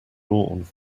lawn